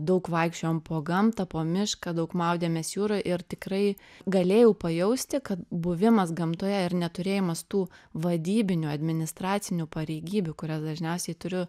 daug vaikščiojom po gamtą po mišką daug maudėmės jūroj ir tikrai galėjau pajausti kad buvimas gamtoje ir neturėjimas tų vadybinių administracinių pareigybių kurias dažniausiai turiu